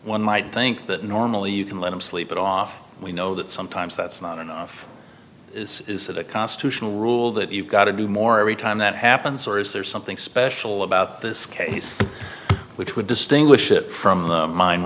one might think that normally you can let him sleep it off we know that sometimes that's not enough is it a constitutional rule that you've got to do more every time that happens or is there something special about this case which would distinguish it from